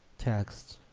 text